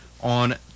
on